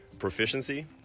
proficiency